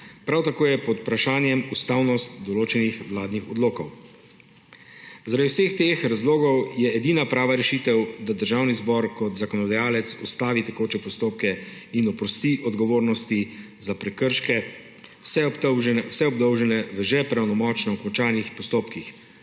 prav tako je pod vprašajem ustavnost določenih vladnih odlokov. Zaradi vseh teh razlogov je edina prava rešitev, da Državni zbor kot zakonodajalec ustavi tekoče postopke in oprosti odgovornosti za prekrške vse obdolžene v že pravnomočno končanih postopkih,